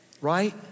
right